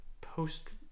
post